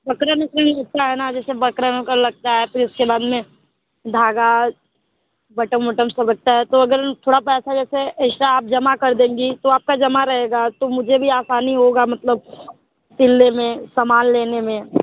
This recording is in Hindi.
बकरम अकरम लगता है ना जैसे बकरम अकरम लगता है फिर उसके बाद में धागा बटन वटन सब लगता है तो अगर थोड़ा पैसा जैसे आप एस्ट्रा जमा कर देंगी तो आपका जाम रहेगा तो मुझे भी आसानी होगा मतलब सिलने में सामान लेने में